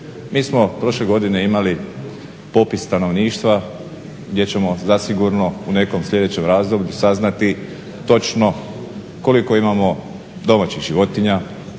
Mi smo prošle godine imali popis stanovništva gdje ćemo zasigurno u nekom sljedećem razdoblju saznati točno koliko imamo domaćih životinja,